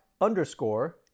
underscore